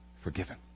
forgiven